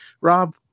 Rob